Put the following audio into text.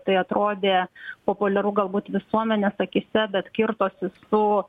tai atrodė populiaru galbūt visuomenės akyse bet kirtosi su